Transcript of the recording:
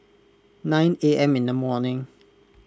nine A M in the morning